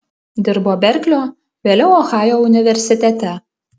dirbo berklio vėliau ohajo universitete